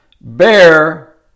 Bear